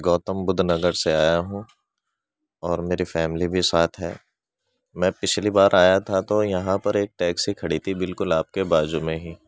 گوتم بدھ نگر سے آیا ہوں اور میری فیملی بھی ساتھ ہے میں پچھلی بار آیا تھا تو یہاں پر ایک ٹیکسی کھڑی تھی بالکل آپ کے بازو میں ہی